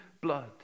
blood